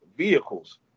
Vehicles